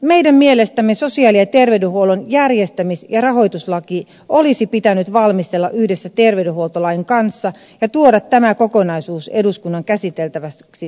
meidän mielestämme sosiaali ja terveydenhuollon järjestämis ja rahoituslaki olisi pitänyt valmistella yhdessä terveydenhuoltolain kanssa ja tuoda tämä kokonaisuus eduskunnan käsiteltäväksi samanaikaisesti